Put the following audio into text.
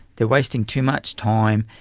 they are wasting too much time,